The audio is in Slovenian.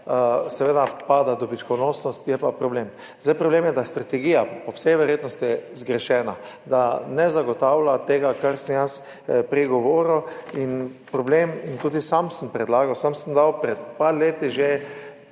seveda pada dobičkonosnost, kar je pa problem. Problem je, da je strategija po vsej verjetnosti zgrešena, da ne zagotavlja tega, kar sem jaz prej govoril, in tudi sam sem predlagal, že pred par leti sem